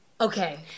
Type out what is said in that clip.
Okay